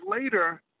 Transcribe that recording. later